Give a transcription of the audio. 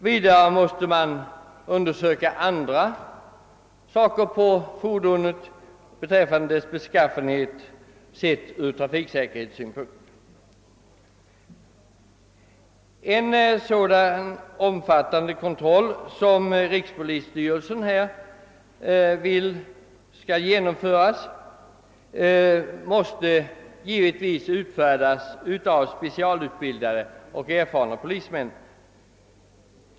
Vidare måste man undersöka fordonets beskaffenhet sedd från trafiksäkerhetssynpunkt. En sådan omfattande kontroll, som rikspolisstyrelsen vill skall genomföras, måste enligt styrelsens uppfattning utföras av specialutbildade och erfarna polismän.